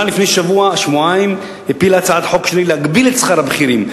לפני שבוע-שבועיים הממשלה הפילה הצעת חוק שלי להגביל את שכר הבכירים,